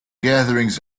gatherings